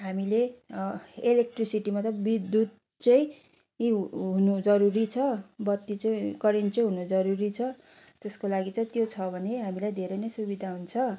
हामीले इलेक्ट्रिसिटी मतलब विद्युत चाहिँ हुनु जरुरी छ बत्ती चाहिँ करेन्ट चाहिँ हुनु जरुरी छ त्यसको लागि चाहिँ त्यो छ भने हामीलाई धेरै नै सुविधा हुन्छ